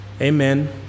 Amen